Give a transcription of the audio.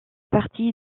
partie